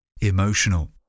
emotional